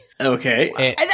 okay